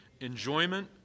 enjoyment